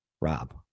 Rob